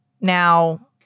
Now